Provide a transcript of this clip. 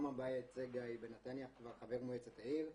גם --- היא בנתניה, חבר מועצת העיר,